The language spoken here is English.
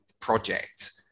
Project